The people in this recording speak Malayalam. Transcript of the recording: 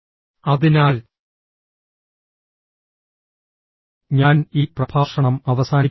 അതിനാൽ ഞാൻ ഈ പ്രഭാഷണം അവസാനിപ്പിക്കട്ടെ